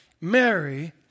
Mary